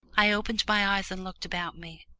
i opened my eyes and looked about me.